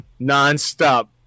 nonstop